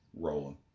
Rolling